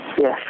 Yes